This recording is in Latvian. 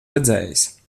redzējis